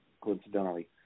coincidentally